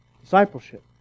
Discipleship